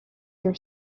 your